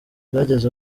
byageze